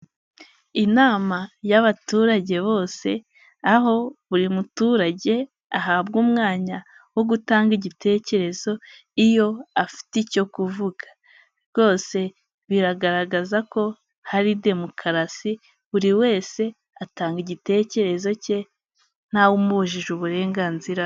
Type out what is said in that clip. Inama y'abaturage bose aho buri muturage ahabwa umwanya wo gutanga igitekerezo iyo afite icyo kuvuga, rwose biragaragaza ko hari demokarasi buri wese atanga igitekerezo cye ntawumubujije uburenganzira.